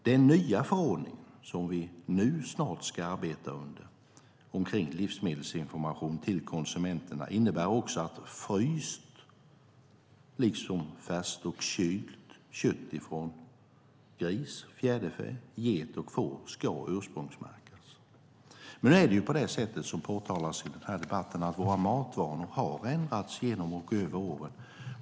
Den nya förordning som vi nu snart ska arbeta under kring livsmedelsinformation till konsumenterna innebär också att fryst liksom färskt och kylt kött från gris, fjäderfä, get och får ska ursprungsmärkas. Som det påtalas i den här debatten har våra matvanor ändrats genom och över åren.